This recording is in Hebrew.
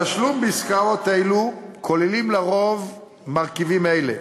התשלום בעסקאות אלו כולל לרוב מרכיבים אלה: